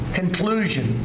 conclusion